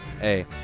Hey